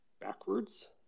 backwards